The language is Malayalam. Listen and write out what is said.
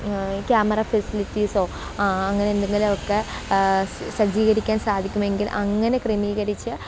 ക്യാമെറ ഫെസിലിറ്റീസൊ അങ്ങനെ എന്തെങ്കിലുമൊക്കെ സജ്ജീകരിക്കാന് സാധിക്കുമെങ്കില് അങ്ങനെ ക്രമീകരിച്ച്